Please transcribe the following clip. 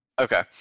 Okay